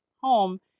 home